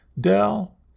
Dell